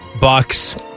Bucks